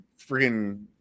freaking